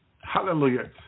Hallelujah